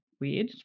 weird